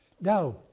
Now